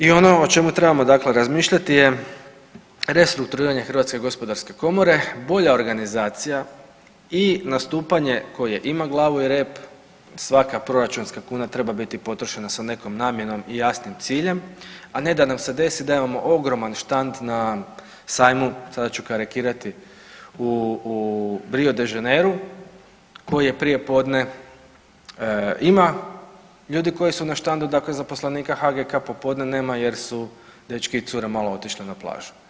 I ono o čemu trebamo razmišljati je restrukturiranje HGK, bolja organizacija i nastupanje koje ima glavu i rep, svaka proračunska kuna treba biti potrošena sa nekom namjenom i jasnim ciljem, a ne da nam se desi da imamo ogroman štand na sajmu, sada ću karikirati u Rio de Jeneirou koji je prijepodne ima ljudi koji su na štandu dakle zaposlenika HGK, popodne nema jer su dečki i cure malo otišli na plažu.